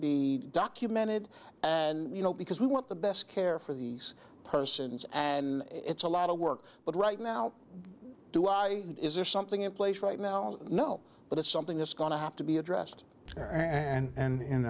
be documented and you know because we want the best care for these persons and it's a lot of work but right now do i need is there something in place right now i know but it's something that's going to have to be addressed and